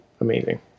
amazing